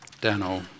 Dano